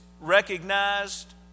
recognized